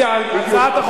הערה קטנה על